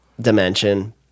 dimension